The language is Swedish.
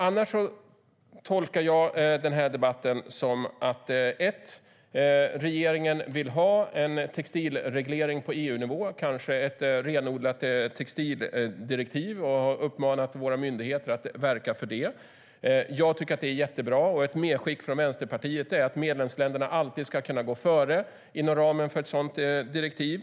Annars tolkar jag den här debatten som att regeringen för det första vill ha en textilreglering på EU-nivå, kanske ett renodlat textildirektiv, och uppmana våra myndigheter att verka för det. Jag tycker att det är jättebra. Ett medskick från Vänsterpartiet är att medlemsländerna alltid ska kunna gå före inom ramen för ett sådant direktiv.